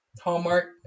Hallmark